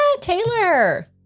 Taylor